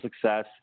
success